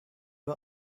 har